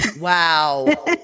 Wow